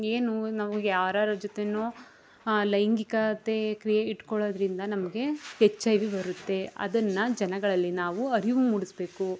ಏನು ನಾವು ಯಾರ್ಯಾರ ಜೊತೆನೊ ಲೈಂಗಿಕತೆ ಕ್ರಿಯೆ ಇಟ್ಟುಕೊಳ್ಳೋದ್ರಿಂದ ನಮಗೆ ಎಚ್ ಐ ವಿ ಬರುತ್ತೆ ಅದನ್ನು ಜನಗಳಲ್ಲಿ ನಾವು ಅರಿವು ಮೂಡಿಸಬೇಕು